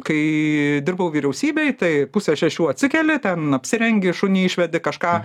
kai dirbau vyriausybėj tai pusę šešių atsikeli ten apsirengi šunį išvedi kažką